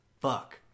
fuck